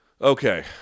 Okay